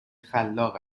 خلاق